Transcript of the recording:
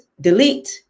delete